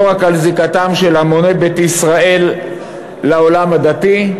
רק על זיקתם של המוני בית ישראל לעולם הדתי,